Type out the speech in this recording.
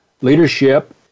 leadership